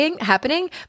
happening